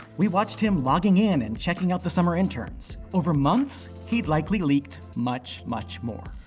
we watched him logging in and checking out the summer interns. over months, he'd likely leaked much, much more.